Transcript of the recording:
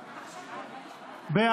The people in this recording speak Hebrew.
התשפ"א 2021,